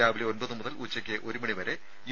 രാവിലെ ഒമ്പത് മുതൽ ഉച്ചയ്ക്ക് ഒരു മണിവരെ യു